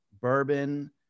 bourbon